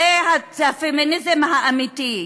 זה הפמיניזם האמיתי.